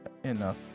enough